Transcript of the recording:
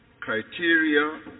criteria